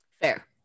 fair